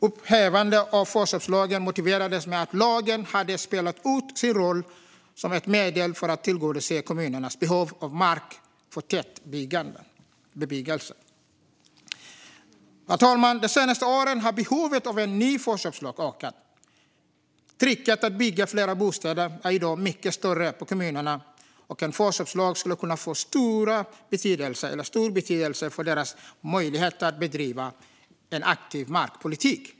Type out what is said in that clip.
Upphävandet av förköpslagen motiverades med att lagen hade spelat ut sin roll som medel för att tillgodose kommunernas behov av mark för tätbebyggelse. Herr talman! De senaste åren har behovet av en ny förköpslag ökat. Trycket på kommunerna att bygga fler bostäder är i dag mycket större, och en förköpslag skulle kunna få stor betydelse för deras möjligheter att bedriva en aktiv markpolitik.